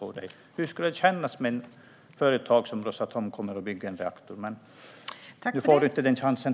Hur skulle det kännas om ett företag som Rosatom kommer och bygger en reaktor? Nu får du inte den chansen.